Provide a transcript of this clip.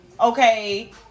okay